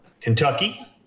Kentucky